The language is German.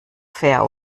fair